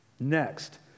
Next